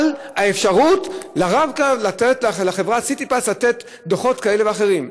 לאפשר לחברת "סיטיפס" לתת דוחות כאלה ואחרים.